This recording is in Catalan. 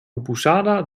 oposada